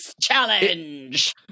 challenge